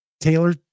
Taylor